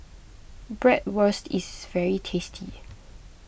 Bratwurst is very tasty